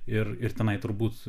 ir ir tenai turbūt